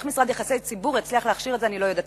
איך משרד יחסי ציבור יצליח להכשיר את זה אני לא יודעת,